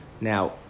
Now